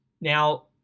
Now